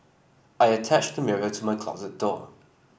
I attached the mirror to my closet door